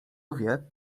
wie